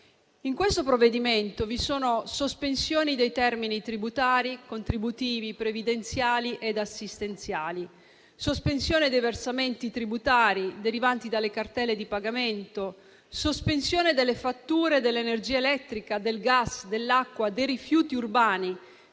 In questo provvedimento vi sono: sospensione dei termini tributari, contributivi, previdenziali e assistenziali; sospensione dei versamenti tributari derivanti dalle cartelle di pagamento; sospensione delle fatture dell'energia elettrica, del gas, dell'acqua, dei rifiuti urbani